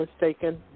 mistaken